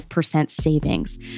savings